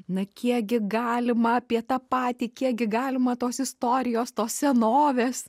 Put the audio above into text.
na kiek gi galima apie tą patį kiek gi galima tos istorijos tos senovės